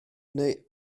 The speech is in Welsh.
neu